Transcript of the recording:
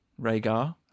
Rhaegar